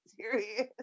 serious